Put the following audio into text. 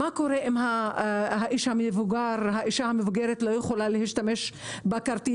מה קורה אם האיש המבוגר או האישה המבוגרת לא יכולים להשתמש בכרטיס?